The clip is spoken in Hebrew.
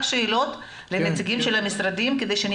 שאלות לנציגים של המשרדים כדי שנתקדם.